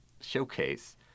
showcase